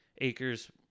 acres